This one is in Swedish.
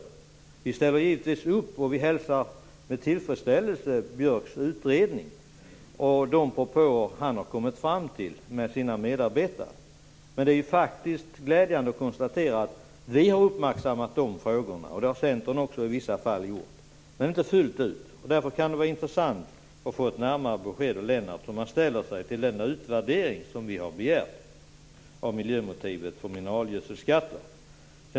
Vi moderater ställer givetvis upp på Björks utredning och vi hälsar med tillfredsställelse de propåer han har kommit fram till med sina medarbetare. Det är glädjande att konstatera att vi moderater, och även Centern i vissa fall, har uppmärksammat de här frågorna. Men Centern har inte gjort det fullt ut. Därför kan det vara intressant att få ett närmare besked av Lennart Brunander om hur han ställer sig till den utvärdering vi har begärt av miljömotivet för mineralgödselskatter.